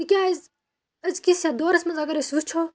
تِکیٛازِ أزۍکِس یَتھ دورَس منٛز اگر أسۍ وٕچھو